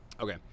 Okay